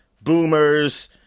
boomers